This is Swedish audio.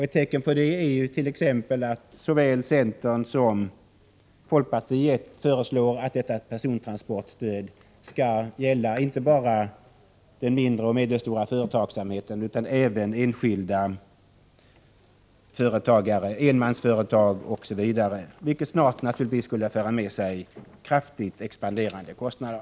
Ett tecken på det är t.ex. att såväl centern som folkpartiet föreslår att detta persontransportstöd skall gälla inte bara den mindre och medelstora företagsamheten utan även enskilda företagare — enmansföretag osv. — vilket naturligtvis snart skulle föra med sig kraftigt expanderande kostnader.